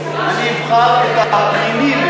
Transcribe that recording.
ואני אבחר את הפנינים,